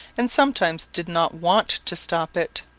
and sometimes did not want to stop it.